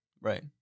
right